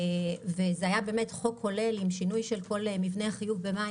וזה היה חוק כולל עם שינוי של כל מבנה החיוב במים.